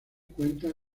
cuenta